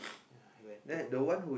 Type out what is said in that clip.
ya you can take over